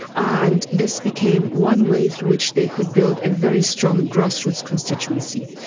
and this became one way through which they could build a very strong grassroots constituency.